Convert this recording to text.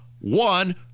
One